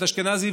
את אשכנזי,